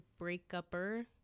breakupper